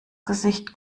gesicht